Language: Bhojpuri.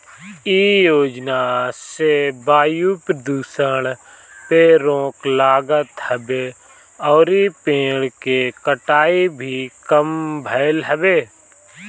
इ योजना से वायु प्रदुषण पे रोक लागत हवे अउरी पेड़ के कटाई भी कम भइल हवे